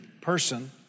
person